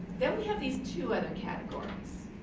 then we have these two other categories.